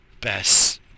best